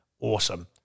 Awesome